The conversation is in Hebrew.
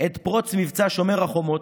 עת פרוץ מבצע שומר החומות,